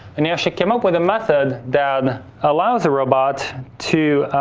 and he actually came up with a method that allows the robot to